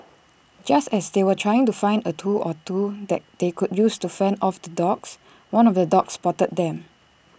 just as they were trying to find A tool or two that they could use to fend off the dogs one of the dogs spotted them